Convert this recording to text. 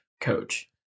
coach